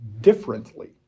differently